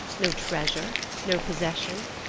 no treasure, no possession?